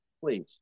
please